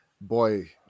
boy